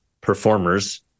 performers